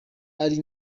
ari